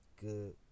Good